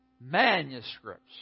manuscripts